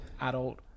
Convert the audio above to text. adult